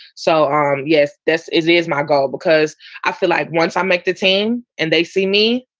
so, um yes, this is he is my goal because i feel like once i make the team and they see me,